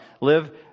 live